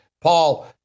Paul